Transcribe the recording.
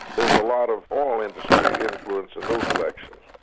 there's a lot of oil industry influence in those elections.